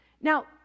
Now